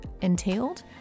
entailed